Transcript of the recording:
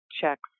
checks